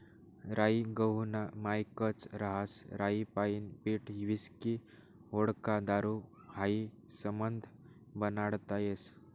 राई गहूना मायेकच रहास राईपाईन पीठ व्हिस्की व्होडका दारू हायी समधं बनाडता येस